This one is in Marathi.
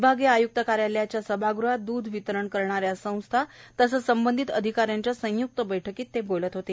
विभागीय आय्क्त कार्यालयाच्या सभागृहात द्ध वितरण करणाऱ्या संस्था तसेच संबंधित अधिकाऱ्यांच्या संय्क्त बैठकीत केदार बोलत होते